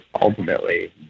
ultimately